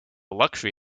luxury